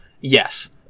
Yes